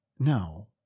No